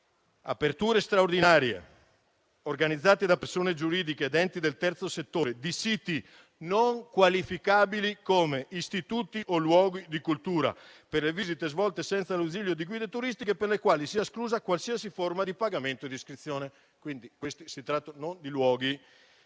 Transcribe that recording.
aperture straordinarie, organizzate da persone giuridiche ed enti del terzo settore, di siti non qualificabili come istituti o luoghi di cultura per le visite svolte senza l'ausilio di guide turistiche, per le quali sia esclusa qualsiasi forma di pagamento di iscrizione. Faccio un esempio banale: